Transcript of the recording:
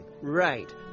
Right